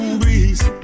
breeze